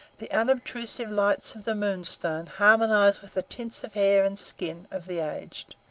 the unobtrusive lights of the moonstone harmonize with the tints of hair and skin of the aged.